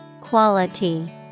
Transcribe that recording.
Quality